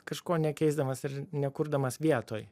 kažko nekeisdamas ir nekurdamas vietoj